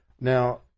Now